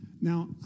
Now